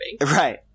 Right